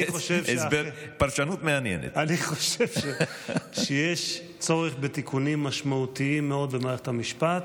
אני חושב שיש צורך בתיקונים משמעותיים מאוד במערכת המשפט.